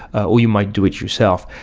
or you might do it yourself.